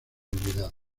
olvidados